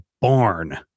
barn